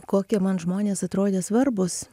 kokie man žmonės atrodė svarbūs